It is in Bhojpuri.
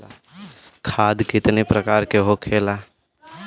खाद कितने प्रकार के होखेला?